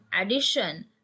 addition